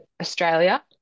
Australia